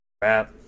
crap